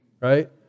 Right